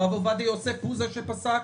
הרב עובדיה יוסף הוא זה שפסק,